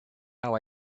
how